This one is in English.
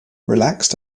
relaxed